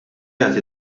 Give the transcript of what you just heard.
jagħti